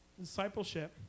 Discipleship